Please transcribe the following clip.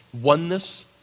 oneness